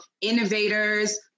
innovators